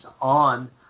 on